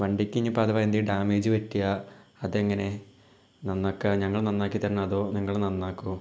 വണ്ടിക്ക് ഇനി ഇപ്പം അധവാ എന്തെങ്കിലും ഡാമേജ് പറ്റിയാൽ അതെങ്ങനെ നന്നാക്കാം ഞങ്ങൾ നന്നാക്കി തരണോ അതോ നിങ്ങൾ നന്നാക്കുമോ